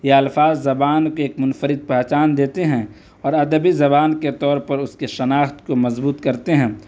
یہ الفاظ زبان کی ایک منفرد پہچان دیتے ہیں اور ادبی زبان کے طور پر اس کی شناخت کو مضبوط کرتے ہیں